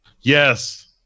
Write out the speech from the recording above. Yes